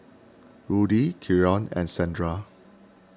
Rudy Keion and Shandra